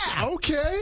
Okay